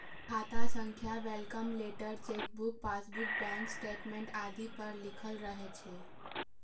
खाता संख्या welcome letter, chequebook, passbook, bank statement आदि पर लिखल रहै छै